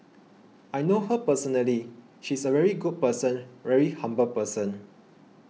I know her personally she's a very good person very humble person